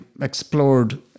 explored